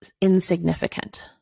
insignificant